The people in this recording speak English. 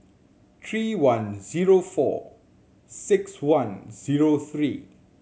three one zero four six one zero three